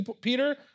Peter